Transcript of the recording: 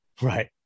right